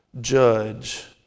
judge